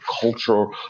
cultural